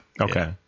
Okay